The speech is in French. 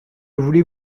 voulez